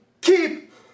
keep